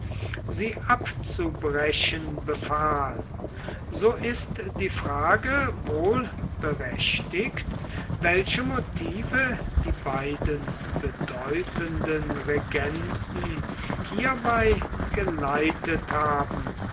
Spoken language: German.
sie abzubrechen befahl so ist die frage wohl berechtigt welche motive die beiden bedeutenden regenten hierbei geleitet haben